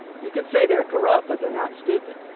you can say they are corrupt, but they are not stupid.